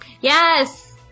Yes